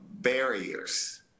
barriers